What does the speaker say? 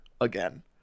again